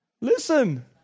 Listen